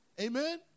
Amen